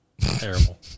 terrible